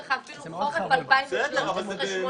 יש לך אפילו חורף 2013 84%,